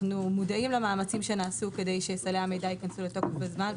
אנו מודעים למאמצים שנעשו כדי שסלי המידע ייכנסו לתוקף בזמן,